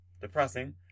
depressing